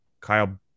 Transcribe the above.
Kyle